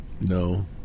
No